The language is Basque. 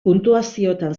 puntuazioetan